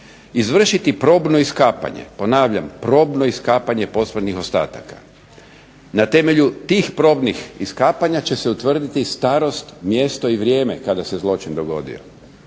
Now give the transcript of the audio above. izvršiti probno iskapanje, ponavljam probno iskapanje posmrtnih ostataka, na temelju tih probnih ostataka će se utvrditi starost, mjesto i vrijeme kada se zločin dogodio.